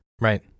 Right